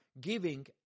giving